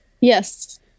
Yes